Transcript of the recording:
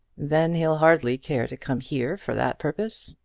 then he'll hardly care to come here for that purpose.